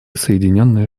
соединенные